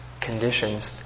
conditions